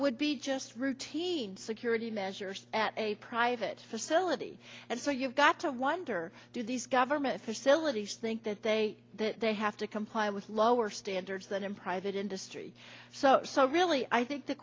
would be just routine security measures at a private facility and so you've got to wonder do these government for silage think that they that they have to comply with lower standards than in private industry so so really i think the